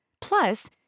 Plus